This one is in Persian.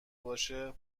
باشه